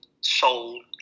soul